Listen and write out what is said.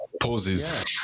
pauses